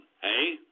hey